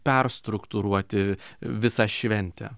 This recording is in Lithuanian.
perstruktūruoti visą šventę